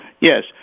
Yes